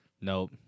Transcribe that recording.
nope